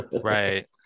Right